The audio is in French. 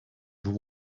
vous